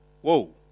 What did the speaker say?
Whoa